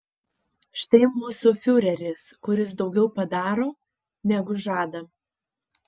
štai mūsų fiureris kuris daugiau padaro negu žada